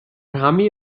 همه